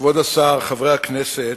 כבוד השר, חברי הכנסת,